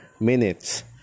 minutes